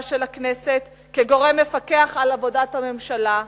של הכנסת כגורם מפקח על עבודת הממשלה.